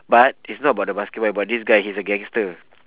but it's not about the basketball about this guy he's a gangster